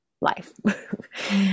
life